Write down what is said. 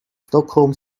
stockholm